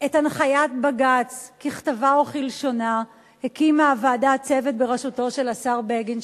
את הנחיית בג"ץ ככתבה וכלשונה הקימה הממשלה צוות בראשותו של השר בגין,